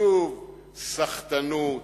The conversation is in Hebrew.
שוב סחטנות,